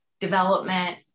development